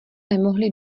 nemohli